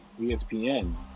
ESPN